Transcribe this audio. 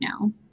now